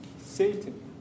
Satan